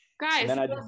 guys